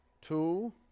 two